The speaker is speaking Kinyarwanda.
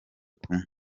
kumwe